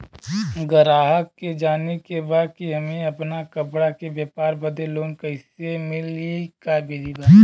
गराहक के जाने के बा कि हमे अपना कपड़ा के व्यापार बदे लोन कैसे मिली का विधि बा?